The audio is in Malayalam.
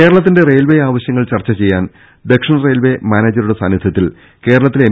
കേരളത്തിന്റെ റയിൽവേ ആവശ്യങ്ങൾ ചർച്ച ചെയ്യാൻ ദക്ഷിണ റയിൽവേ മാനേജറുടെ സാന്നിധ്യത്തിൽ കേരളത്തിലെ എം